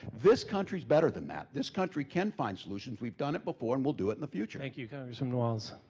this country's better than that. this country can find solutions. we've done it before and we'll do it in the future. thank you congressman walz.